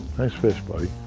nice fish, buddy.